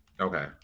Okay